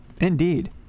Indeed